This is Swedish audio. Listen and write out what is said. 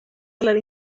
eller